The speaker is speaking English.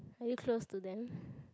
are you close to them